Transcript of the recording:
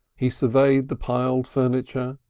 he surveyed the piled furniture,